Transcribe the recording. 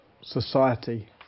society